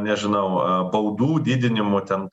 nežinau baudų didinimu ten